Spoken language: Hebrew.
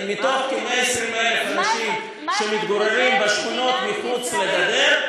מתוך כ-120,000 אנשים שמתגוררים בשכונות מחוץ לגדר,